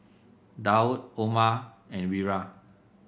Daud Omar and Wira